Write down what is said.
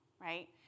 Right